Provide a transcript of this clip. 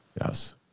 Yes